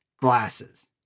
glasses